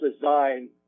design